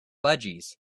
budgies